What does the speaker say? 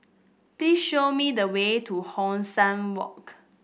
please show me the way to Hong San Walk